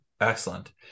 Excellent